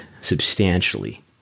substantially